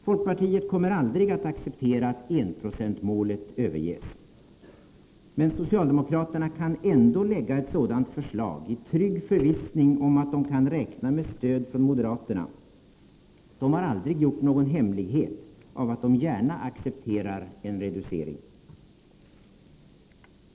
Folkpartiet kommer aldrig att acceptera att enprocentsmålet överges. Men socialdemokraterna kan ändå lägga fram ett sådant förslag i trygg förvissning om att de kan räkna med stöd från moderaterna. Moderaterna har aldrig gjort någon hemlighet av att de gärna accepterar en reducering av biståndet.